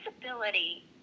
ability